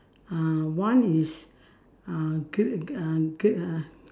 uh one is uh g~ uh g~ uh